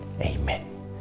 Amen